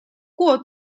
过渡